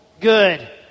good